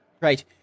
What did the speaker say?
Right